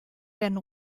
werden